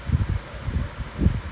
ya but you want to play that game is it